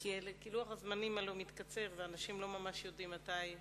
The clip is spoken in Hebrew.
לוח הזמנים הלוא מתקצר, ואנשים לא ממש יודעים מתי,